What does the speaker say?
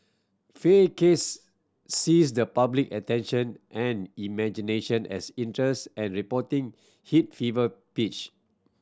Fay case seized the public attention and imagination as interest and reporting hit fever pitch